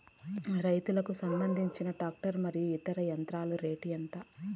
రైతుకు సంబంధించిన టాక్టర్ మరియు ఇతర యంత్రాల రేటు ఎంత?